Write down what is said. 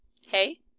Hey